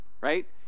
right